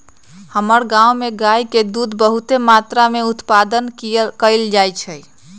हमर गांव में गाय के दूध बहुते मत्रा में उत्पादन कएल जाइ छइ